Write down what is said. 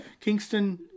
Kingston